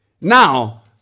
Now